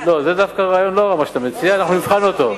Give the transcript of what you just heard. זה רעיון לא רע מה שאתה מציע, אנחנו נבחן אותו.